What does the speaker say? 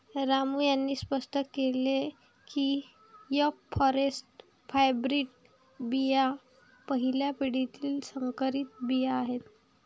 रामू यांनी स्पष्ट केले की एफ फॉरेस्ट हायब्रीड बिया पहिल्या पिढीतील संकरित बिया आहेत